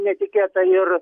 netikėta ir